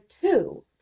two